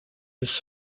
his